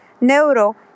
neuro